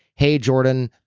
hey, jordan.